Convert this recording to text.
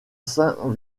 saint